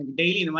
daily